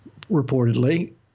reportedly